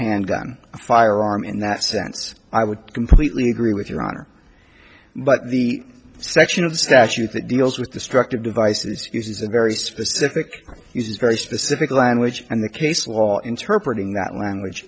handgun a firearm in that sense i would completely agree with your honor but the section of the statute that deals with destructive devices uses a very specific use very specific language and the case law interpreted in that language